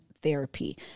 therapy